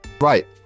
Right